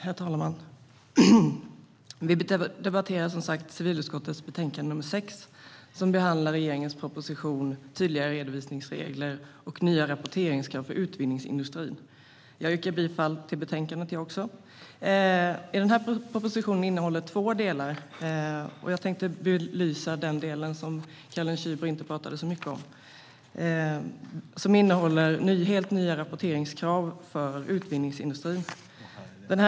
Herr talman! Vi debatterar civilutskottets betänkande nr 6 som behandlar regeringens proposition Tydligare redovisningsregler och nya rapporteringskrav för utvinningsindustrin . Jag yrkar också bifall till förslaget i betänkandet. Propositionen innehåller två delar, och jag tänkte belysa den del som Caroline Szyber inte talade så mycket om. Den innehåller helt nya rapporteringskrav för utvinningsindustrin.